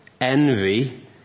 envy